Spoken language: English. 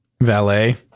valet